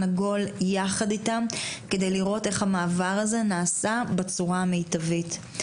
עגול יחד איתם כדי לראות איך המעבר הזה נעשה בצורה המיטבית.